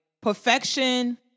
perfection